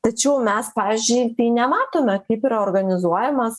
tačiau mes pavyzdžiui nematome kaip yra organizuojamas